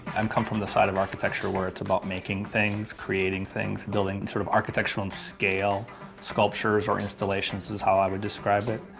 um come from the side of architecture where it's about making things, creating things building sort of architectural in scale sculptures or installations is how i would describe it.